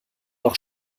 noch